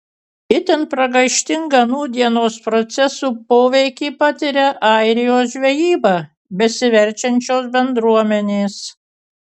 itin pragaištingą nūdienos procesų poveikį patiria airijos žvejyba besiverčiančios bendruomenės